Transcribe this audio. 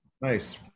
Nice